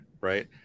right